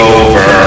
over